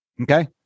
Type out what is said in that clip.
Okay